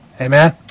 Amen